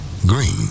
Green